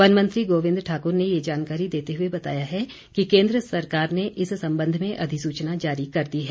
one मंत्री गोबिंद ठाकुर ने ये जानकारी देते हुए बताया है कि केंद्र सरकार ने इस संबंध में अधिसूचना जारी कर दी है